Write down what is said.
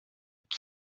qui